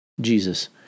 Jesus